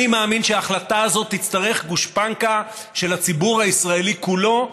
אני מאמין שההחלטה הזאת תצטרך גושפנקה של הציבור הישראלי כולו,